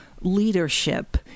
leadership